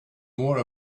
more